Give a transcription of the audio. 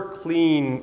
clean